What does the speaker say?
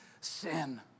sin